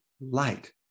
light